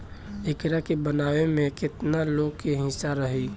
एकरा के बनावे में केतना लोग के हिस्सा रही